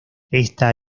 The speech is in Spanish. esta